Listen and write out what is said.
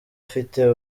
afite